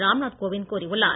ராம்நாத் கோவிந்த் கூறியுள்ளார்